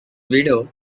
widow